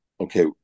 okay